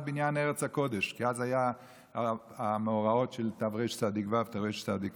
בניין ארץ הקודש" כי אז היו המאורעות של תרצ"ו תרצ"ט,